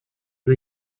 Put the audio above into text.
the